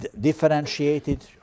differentiated